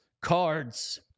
cards